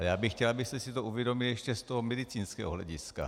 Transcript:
Já bych chtěl, abyste si to uvědomili ještě z toho medicínského hlediska.